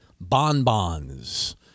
bonbons